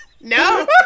no